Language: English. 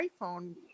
iPhone